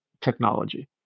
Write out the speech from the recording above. technology